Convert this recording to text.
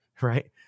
right